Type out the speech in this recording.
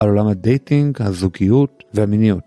על עולם הדייטינג, הזוגיות והמיניות.